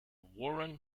warren